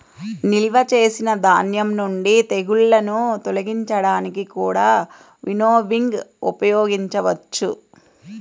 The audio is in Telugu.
నిల్వ చేసిన ధాన్యం నుండి తెగుళ్ళను తొలగించడానికి కూడా వినోవింగ్ ఉపయోగించవచ్చు